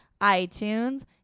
iTunes